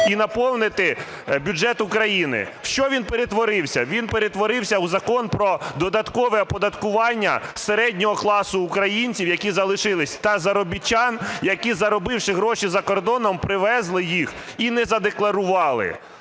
і наповнити бюджет України. В що він перетворився? Він перетворився у закон про додаткове оподаткування середнього класу українців, які залишились, та заробітчан, які, заробивши гроші за кордоном, привезли їх і не задекларували.